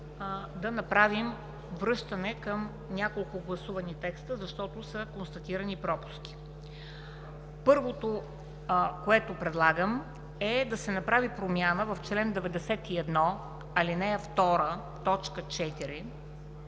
да направим връщане към няколко гласувани текста, защото са констатирани пропуски. Първото, което предлагам, е да се направи промяна в чл. 91, ал. 2,